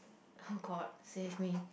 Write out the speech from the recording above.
oh god save me